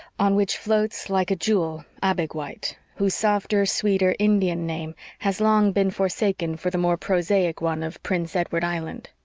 on which floats, like a jewel, abegweit, whose softer, sweeter indian name has long been forsaken for the more prosaic one of prince edward island.